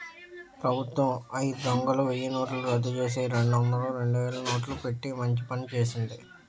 ప్రభుత్వం అయిదొందలు, వెయ్యినోట్లు రద్దుచేసి, రెండొందలు, రెండువేలు నోట్లు పెట్టి మంచి పని చేసింది